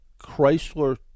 Chrysler